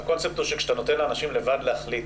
הקונספט הוא שכאשר אתה נותן לאנשים לבד להחליט